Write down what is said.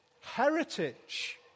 heritage